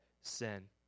sin